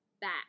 back